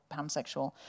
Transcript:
pansexual